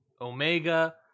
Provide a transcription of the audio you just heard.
Omega